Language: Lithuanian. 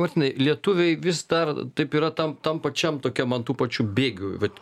martynai lietuviai vis dar taip yra tam tam pačiam tokiam ant tų pačių bėgių vat